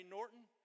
Norton